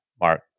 Mark